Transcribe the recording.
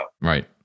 right